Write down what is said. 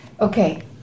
Okay